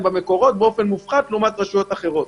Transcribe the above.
במקורות באופן מופחת לעומת רשויות אחרות.